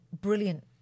brilliant